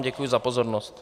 Děkuji vám za pozornost.